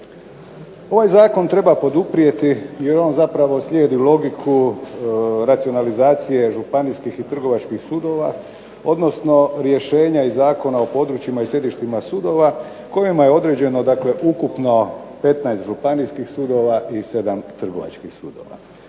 Ovaj zakon treba poduprijeti jer on zapravo slijedi logiku racionalizacije županijskih i trgovačkih sudova, odnosno rješenja i Zakona o područjima i sjedištima sudova kojima je određeno ukupno 15 županijskih sudova i 7 trgovačkih sudova.